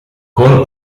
con